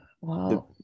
Wow